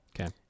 Okay